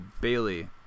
Bailey